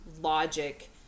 logic